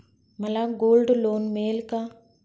मला gold loan मिळेल का?